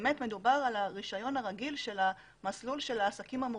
באמת מדובר על הרישיון הרגיל של המסלול של העסקים המורכבים.